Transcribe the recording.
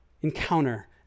encounter